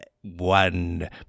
one